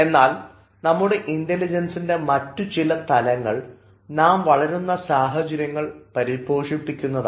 എന്നാൽ നമ്മുടെ ഇൻറലിജൻസിൻറെ മറ്റു ചില തലങ്ങൾ നാം വളരുന്ന സാഹചര്യങ്ങൾ പരിപോഷിപ്പിക്കുന്നതാണ്